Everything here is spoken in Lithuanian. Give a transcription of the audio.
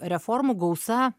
reformų gausa